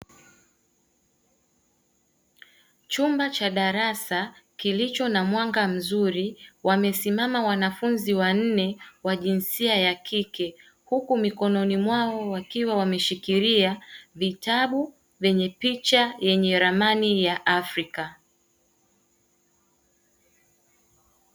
Chumba cha darasa kilicho na mwanga mzuri wamesimama wanafunzi wanne wa jinsia ya kike, Huku mikononi miknoni mwao wakiwa wameshikilia vitabu vyenye ramani ya Afrika.